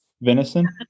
Venison